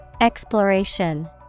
Exploration